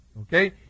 okay